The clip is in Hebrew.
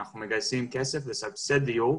אנחנו מגייסים כסף לסבסד דיור,